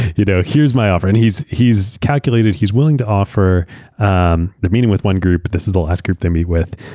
you know here's my offer. and he's he's calculated. he's willing to offer um a meeting with one group, this is the last group to meet with.